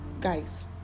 guys